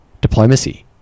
diplomacy